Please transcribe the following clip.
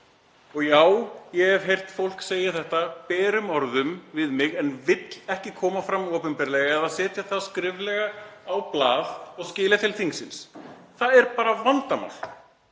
Og já, ég hef heyrt fólk segja þetta berum orðum við mig en vill ekki koma fram opinberlega eða setja það skriflega á blað og skila til þingsins. Það er vandamál.